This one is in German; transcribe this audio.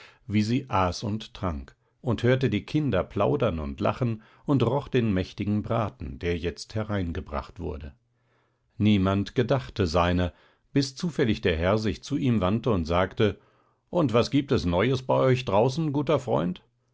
wie sie aß und trank und hörte die kinder plaudern und lachen und roch den mächtigen braten der jetzt hereingebracht wurde niemand gedachte seiner bis zufällig der herr sich zu ihm wandte und sagte und was gibt es neues bei euch draußen guter freund